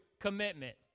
commitment